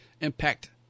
Impact